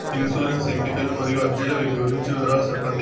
insurance ఎంపికలు మరియు అర్జీల గురించి వివరాలు సెప్పండి